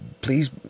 Please